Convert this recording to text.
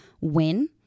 win